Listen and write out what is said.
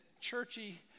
churchy